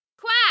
Quack